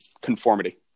Conformity